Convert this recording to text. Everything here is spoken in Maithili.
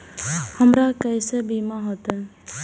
हमरा केसे बीमा होते?